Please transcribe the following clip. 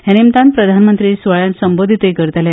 हे निमतान प्रधानमंत्री सुवाळ्यांत संबोधीतूय करतले